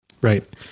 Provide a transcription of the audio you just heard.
Right